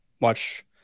watch